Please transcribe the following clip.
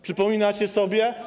Przypominacie sobie?